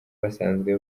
basanzwe